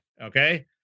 Okay